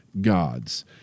God's